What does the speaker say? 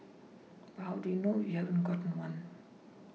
but how do you know if you haven't got one